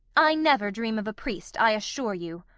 i never dream of a priest, i assure you.